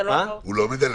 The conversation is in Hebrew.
זה לא חוק --- הוא לא מדלג.